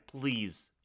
please